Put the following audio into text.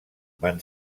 van